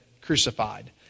crucified